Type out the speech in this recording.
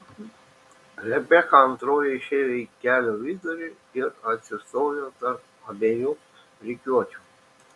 rebeka antroji išėjo į kelio vidurį ir atsistojo tarp abiejų rikiuočių